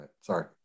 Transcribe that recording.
Sorry